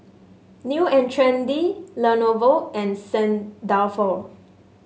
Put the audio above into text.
New And Trendy Lenovo and Saint Dalfour